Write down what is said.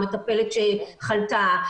מטפלת שחלתה.